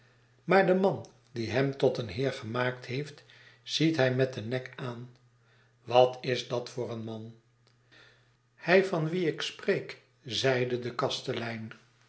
maar den man die hem tot een heer gemaakt heeft ziet hij met den nek aan wat is dat voor een man hij van wien ik spreek zeide de kastelein